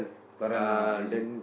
current ah easy